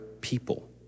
people